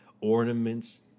ornaments